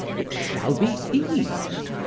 it shall be eas'd,